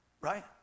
Right